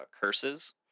Curses